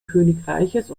königreiches